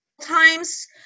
times